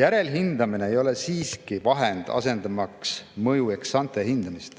Järelhindamine ei ole siiski vahend, mis asendab mõjuex antehindamist.